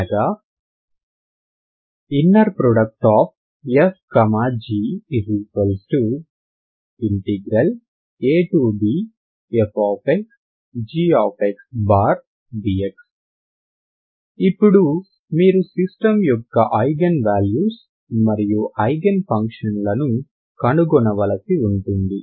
అనగా ⟨f g⟩abfxg dx ఇప్పుడు మీరు సిస్టమ్ యొక్క ఐగెన్ వాల్యూస్ మరియు ఐగెన్ ఫంక్షన్లను కనుగొనవలసి ఉంటుంది